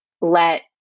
let